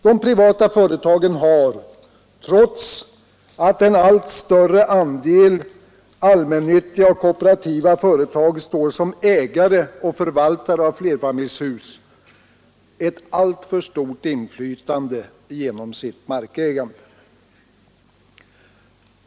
De privata företagen har, trots att en allt större andel allmännyttiga och kooperativa företag står som ägare och förvaltare av flerfamiljshus, ett alltför stort inflytande på markägande, byggnadsmaterial, byggande och kapital.